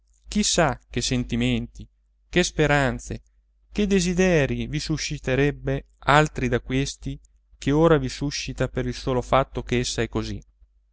chi sa che sentimenti che speranze che desiderii vi susciterebbe altri da questi che ora vi suscita per il solo fatto che essa è così